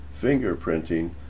fingerprinting